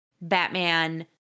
Batman